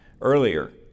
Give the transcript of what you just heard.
earlier